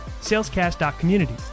salescast.community